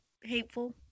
hateful